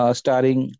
starring